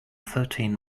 thirteen